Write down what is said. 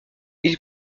ils